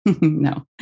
No